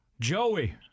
joey